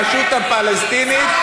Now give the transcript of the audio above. ברשות הפלסטינית,